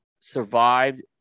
survived